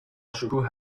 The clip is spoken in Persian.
شکوه